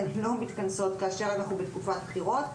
הן לא מתכנסות כאשר אנחנו בתקופת בחירות,